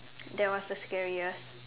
that was the scariest